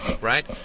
right